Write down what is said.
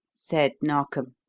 said narkom